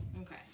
Okay